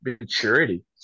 maturity